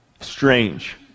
strange